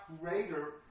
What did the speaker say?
greater